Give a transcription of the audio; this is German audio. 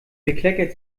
bekleckert